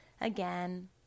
again